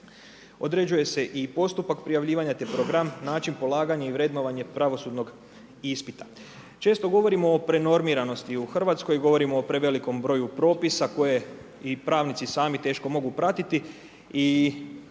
Određuje se i postupak prijavljivanja, te program, način polaganja i vrednovanje pravosudnog ispita. Često govorimo o prenormiranosti u Hrvatskoj, govorimo o prevelikom broju propisa, koje i pravnici, sami teško mogu pratiti i